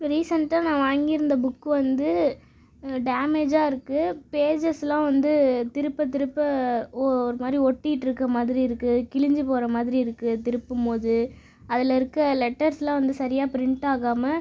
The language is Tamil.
இப்போ ரீசன்ட்டாக நான் வாங்கி இருந்த புக் வந்து டேமேஜாக இருக்குது பேஜஸ்லாம் வந்து திருப்ப திருப்ப ஒரு மாறி ஒட்டிட்டுருக்க மாதிரி இருக்குது கிழிஞ்சு போகிற மாதிரி இருக்குது திருப்பும் போது அதில் இருக்க லெட்டர்ஸ்லாம் வந்து சரியாக ப்ரிண்ட் ஆகாமல்